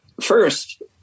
First